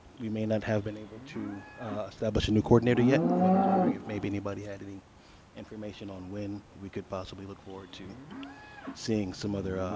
we may not have been able to establish a new coordinator yet. but i was wondering if maybe anybody had any information on when we could possibly look forward to seeing some other ah